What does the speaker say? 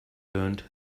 learned